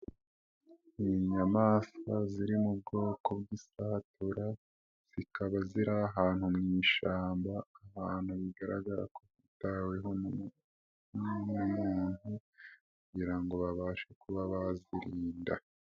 Ni inyamaswa ziri mu bwoko bw'isatura, zikaba ziri ahantu mu ishyamba, ahantu bigaragara kotaweho n'umuntu kugira ngo babashe kuba bazirinda.